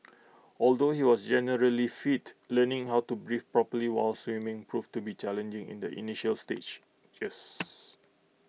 although he was generally fit learning how to breathe properly while swimming proved to be challenging in the initial stages